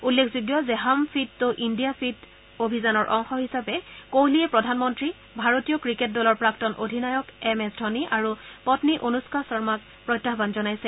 উল্লেখযোগ্য যে হম ফিট টো ইণ্ডিয়া ফিট অভিযানৰ অংশ হিচাপে কোহ্লীয়ে প্ৰধানমন্তী ভাৰতীয় ক্ৰিকেট দলৰ প্ৰাক্তন অধিনায়ক এম এছ ধোনী আৰু পন্নী অনুষ্ণা শৰ্মাক প্ৰত্যাহান জনাইছে